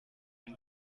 and